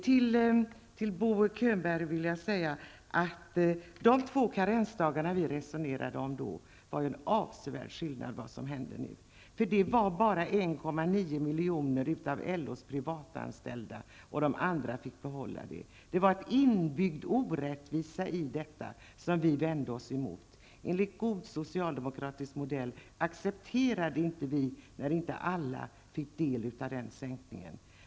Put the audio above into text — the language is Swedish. De två karensdagarna, Bo Könberg, som vi resonerade om, utgör en avsevärd skillnad mot vad som händer nu. Det gällde bara 1,9 miljoner av LOs privatanställda. Vi vänder oss emot den inbyggda orättvisan i detta. Enligt god socialdemokratisk modell accepterade vi inte när inte alla fick del av sänkningen.